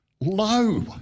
low